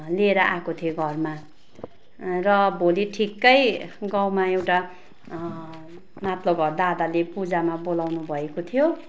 लिएर आएको थिएँ घरमा र भोलि ठिक्कै गाउँमा एउटा माथिलो घर दादाले पूजामा बोलाउनु भएको थियो